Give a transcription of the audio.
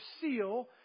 seal